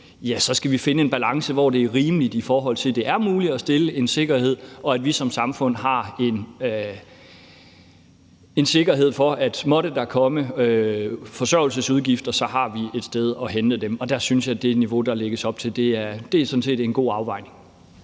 skal vi finde en balance, hvor det er rimeligt, i forhold til at det er muligt at stille en sikkerhed, og at vi som samfund har en sikkerhed for, at måtte der komme forsørgelsesudgifter, har vi et sted at hente dem. Og der synes jeg, at det niveau, der lægges op til, sådan set er godt afvejet.